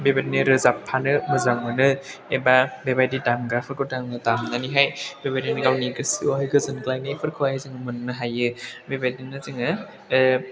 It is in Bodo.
बेबायदिनो रोजाबफानो मोजां मोनो एबा बेबायदि दामग्राफोरखौ दामनानैहाय बेबायदिनो गावनि गोसोआवहाय गोजोनग्लायनायफोरखौहाय जों मोननो हायो बेबायदिनो जोङो